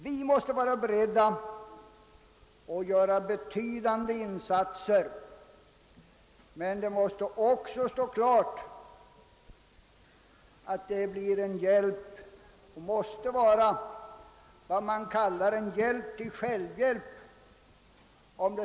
Vi måste vara beredda att göra betydande insatser, men om de skall bli till någon verklig nytta måste det bli en hjälp till självhjälp.